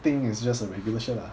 think it's just a regular shirt ah